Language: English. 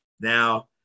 Now